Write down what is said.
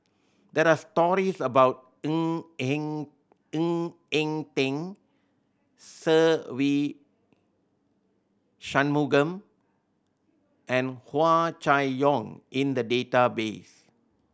there are stories about Ng Eng Ng Eng Teng Se Ve Shanmugam and Hua Chai Yong in the database